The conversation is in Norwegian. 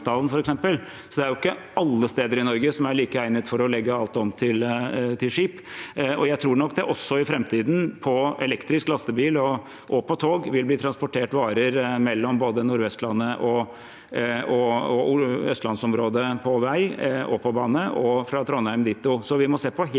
det er ikke alle steder i Norge som er like egnet for å legge alt om til skip. Jeg tror nok det også i framtiden, med elektrisk lastebil og tog, vil bli transportert varer på vei og bane mellom både Nordvestlandet og Østlandsområdet og fra Trondheim ditto.